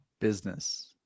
Business